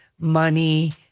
money